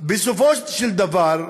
בסופו של דבר,